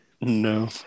No